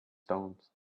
stones